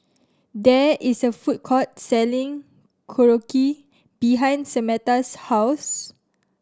there is a food court selling Korokke behind Samatha's house